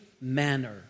manner